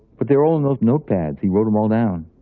but they're all in those notepads. he wrote them all down.